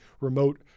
Remote